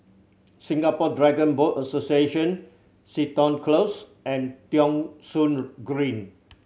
Singapore Dragon Boat Association Seton Close and Thong Soon Green